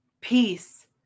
Peace